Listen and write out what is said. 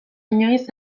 inoiz